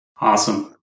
Awesome